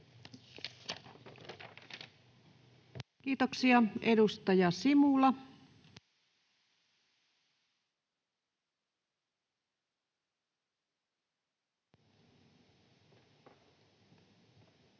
Kiitoksia. — Edustaja Simula. Arvoisa